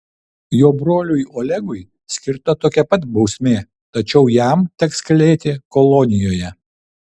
jo broliui olegui skirta tokia pat bausmė tačiau jam teks kalėti kolonijoje